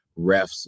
refs